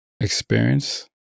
experience